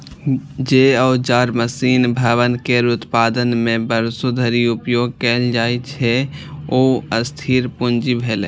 जे औजार, मशीन, भवन केर उत्पादन मे वर्षों धरि उपयोग कैल जाइ छै, ओ स्थिर पूंजी भेलै